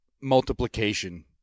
multiplication